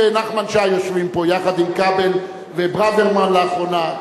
אני ונחמן שי יושבים פה יחד עם כבל וברוורמן לאחרונה.